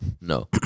No